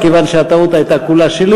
מכיוון שהטעות הייתה כולה שלי.